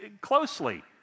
closely